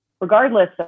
regardless